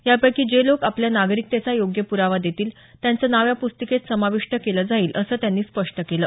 यापैकी जे लोक आपल्या नागरिकतेचा योग्य पुरावा देतील त्यांचं नाव या पुस्तिकेत समाविष्ट केलं जाईल असं सिंह यांनी स्पष्ट केलं